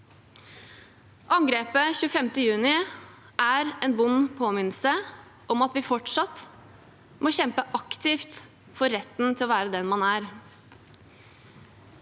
Angrepet 25. juni er en vond påminnelse om at vi fortsatt må kjempe aktivt for retten til å være den man er.